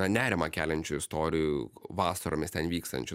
nerimą keliančių istorijų vasaromis ten vykstančių